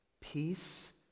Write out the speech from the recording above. peace